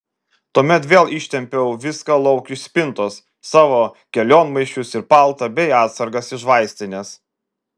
tuomet vėl ištempiau viską lauk iš spintos savo kelionmaišius ir paltą bei atsargas iš vaistinės